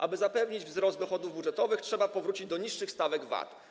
Aby zapewnić wzrost dochodów budżetowych, trzeba powrócić do niższych stawek VAT.